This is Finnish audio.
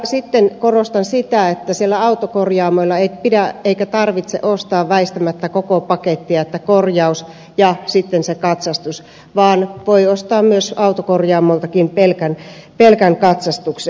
sitten korostan sitä että autokorjaamoilla ei pidä eikä tarvitse ostaa väistämättä koko pakettia korjaus ja sitten se katsastus vaan voi ostaa myös autokorjaamolta pelkän katsastuksen